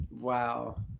Wow